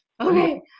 okay